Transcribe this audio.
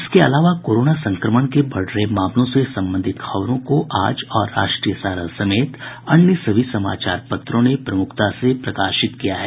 इसके अलावा कोरोना संक्रमण के बढ़ रहे मामलों से संबंधित खबरों को आज और राष्ट्रीय सहारा समेत अन्य सभी समाचार पत्रों ने प्रमुखता से प्रकाशित किया है